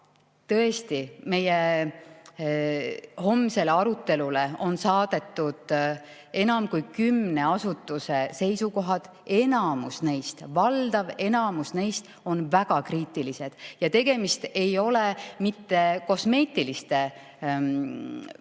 tõesti, meie homsele arutelule on saadetud enam kui kümne asutuse seisukohad ja enamus neist, valdav enamus neist on väga kriitilised. Ja tegemist ei ole mitte kosmeetiliste